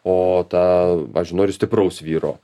o ta pavyzdžiui nori stipraus vyro